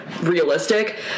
realistic